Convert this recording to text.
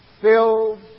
filled